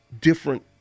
different